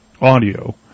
audio